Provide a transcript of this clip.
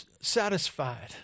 satisfied